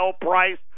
price